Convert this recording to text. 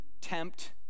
tempt